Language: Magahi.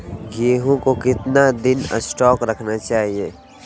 गेंहू को कितना दिन स्टोक रखना चाइए?